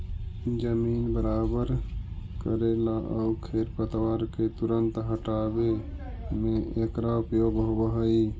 जमीन बराबर कऽरेला आउ खेर पतवार के तुरंत हँटावे में एकरा उपयोग होवऽ हई